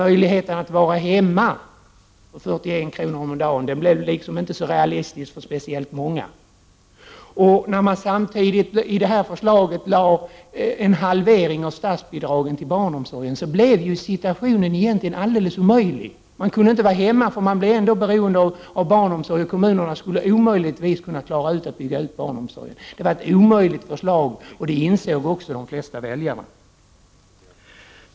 Möjligheten att vara hemma för 41 kr. om dagen skulle inte bli en realitet för särskilt många. Det här förslaget innebar samtidigt en halvering av statsbidragen till barnomsorgen. Men då skulle situationen bli helt omöjlig. Man skulle inte kunna vara hemma, för man var ju ändå beroende av barnomsorg. Vidare skulle kommunerna omöjligen klara en utbyggnad av barnomsorgen. Det var således ett omöjligt förslag, och det insåg de flesta väljarna.